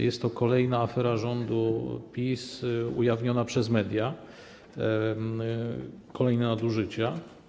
Jest to kolejna afera rządu PiS ujawniona przez media, kolejne nadużycie.